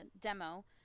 demo